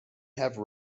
have